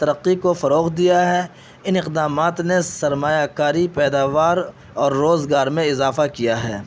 ترقی کو فروغ دیا ہے ان اقدامات نے سرمایہ کاری پیداوار اور روزگار میں اضافہ کیا ہے